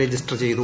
register ചെയ്തു